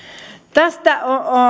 tästä